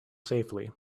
safely